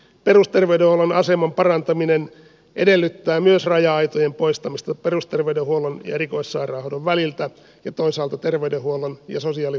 perusterveydenhuollon aseman parantaminen edellyttää myös raja aitojen poistamista perusterveydenhuollon ja erikoissairaanhoidon väliltä ja toisaalta terveydenhuollon ja sosiaalihuollon väliltä